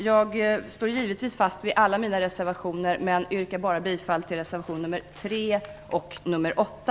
Jag står givetvis fast vid alla mina reservationer men yrkar bara bifall till reservation nr 3